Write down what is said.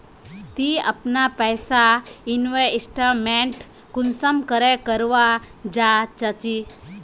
ती अपना पैसा इन्वेस्टमेंट कुंसम करे करवा चाँ चची?